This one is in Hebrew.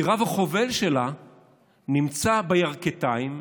כי רב-החובל שלה נמצא בירכתיים,